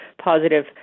positive